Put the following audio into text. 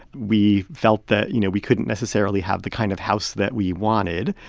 we felt that, you know, we couldn't necessarily have the kind of house that we wanted.